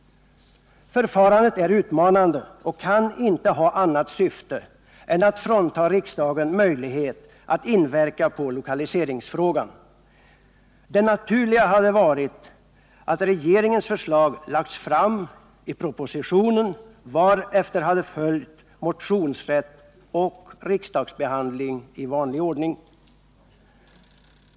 Förfarandet är utmanande och kan inte ha annat syfte än att frånta riksdagen möjlighet att inverka på lokaliseringsfrågan. Det naturliga hade varit att regeringens förslag lagts fram i propositionen, varefter hade följt motionsrätt och riksdagsbehandling i vanlig ordning.